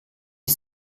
ist